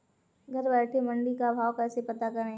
घर बैठे मंडी का भाव कैसे पता करें?